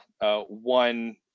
one